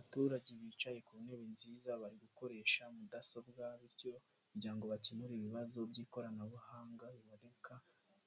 Abaturage bicaye ku ntebe nziza, bari gukoresha mudasobwa bityo kugira ngo bakemure ibibazo by'ikoranabuhanga riboneka